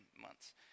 months